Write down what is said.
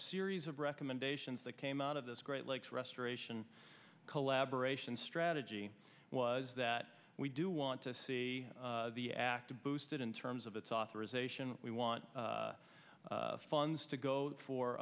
series of recommendations that came out of this great lakes restoration collaboration strategy was that we do want to see the act boosted in terms of its authorization we want funds to go for